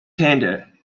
tender